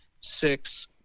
six